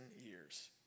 years